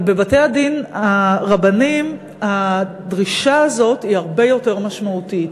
אבל בבתי-הדין הרבניים הדרישה הזאת הרבה יותר משמעותית,